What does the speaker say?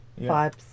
vibes